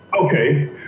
Okay